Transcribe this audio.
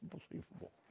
unbelievable